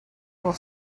will